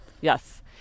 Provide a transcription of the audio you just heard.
Yes